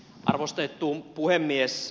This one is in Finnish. arvostettu puhemies